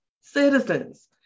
citizens